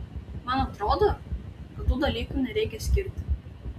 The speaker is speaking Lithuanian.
man atrodo kad tų dalykų nereikia skirti